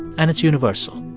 and it's universal.